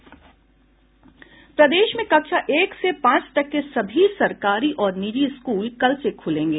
प्रदेश में कक्षा एक से पांच तक के सभी सरकारी और निजी स्कूल कल से खुलेंगे